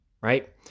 right